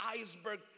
iceberg